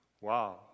Wow